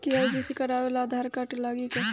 KYC करावे ला Aadhaar card लागी का?